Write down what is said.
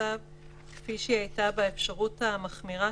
המצב כפי שהיא הייתה באפשרות המחמירה.